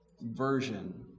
version